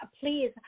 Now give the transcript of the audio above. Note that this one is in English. please